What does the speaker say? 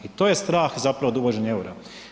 I to je strah zapravo od uvođenja EUR-a.